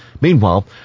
Meanwhile